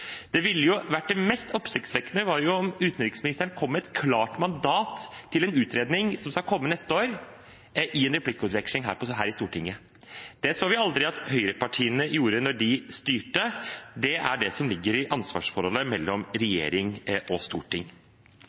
Det mest oppsiktsvekkende ville jo vært om utenriksministeren kom med et klart mandat til en utredning som skal komme neste år, i en replikkveksling her i Stortinget. Det så vi aldri at høyrepartiene gjorde da de styrte. Det er det som ligger i ansvarsforholdet mellom regjering og storting.